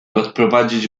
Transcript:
odprowadzić